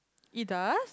he does